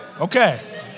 Okay